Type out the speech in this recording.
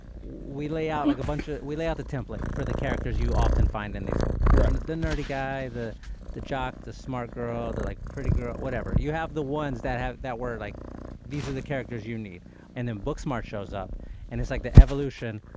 we lay out like a bunch of we lay out the template for the characters you often find in these movies yeah and the nerdy guy the the jock the smart girl the like pretty girl or whatever. you have the ones that have that were like these are the characters you need and then book smart shows up and it's like the evolution.